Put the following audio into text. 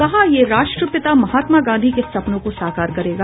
कहा ये राष्ट्रपिता महात्मा गांधी के सपनों को साकार करेगा